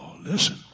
listen